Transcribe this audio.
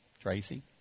Tracy